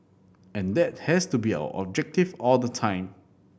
and that has to be our objective all the time